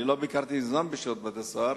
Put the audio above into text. לא ביקרתי מזמן בשירות בתי-הסוהר,